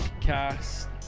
cast